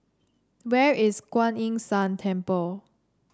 where is Kuan Yin San Temple